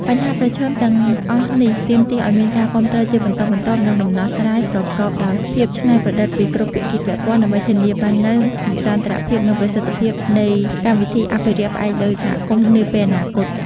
បញ្ហាប្រឈមទាំងអស់នេះទាមទារឱ្យមានការគាំទ្រជាបន្តបន្ទាប់ និងដំណោះស្រាយប្រកបដោយភាពច្នៃប្រឌិតពីគ្រប់ភាគីពាក់ព័ន្ធ ដើម្បីធានាបាននូវនិរន្តរភាព និងប្រសិទ្ធភាពនៃកម្មវិធីអភិរក្សផ្អែកលើសហគមន៍នាពេលអនាគត។